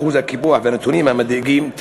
אחוז הקיפוח והנתונים המדאיגים,